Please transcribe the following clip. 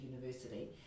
University